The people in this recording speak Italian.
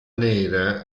nera